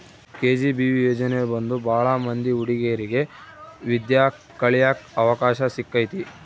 KGBV ಯೋಜನೆ ಬಂದು ಭಾಳ ಮಂದಿ ಹುಡಿಗೇರಿಗೆ ವಿದ್ಯಾ ಕಳಿಯಕ್ ಅವಕಾಶ ಸಿಕ್ಕೈತಿ